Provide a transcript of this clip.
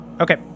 Okay